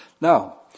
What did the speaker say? Now